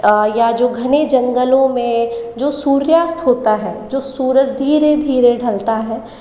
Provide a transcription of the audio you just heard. या जो घने जंगलों में जो सूर्यास्त होता हैं जो सूरज धीरे धीरे ढलता है